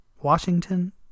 Washington